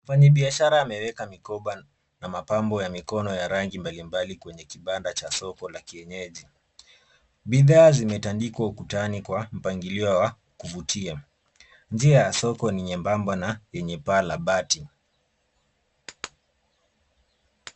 Mfanyibiashara ameweka mikoba na mapambo ya mikono ya rangi mbalimbali kwenye kibanda cha soko la kienyeji. Bidhaa zimetandikwa ukutani kwa mpangilio wa kuvutia. Njia ya soko ni nyembamba na yenye paa la bati.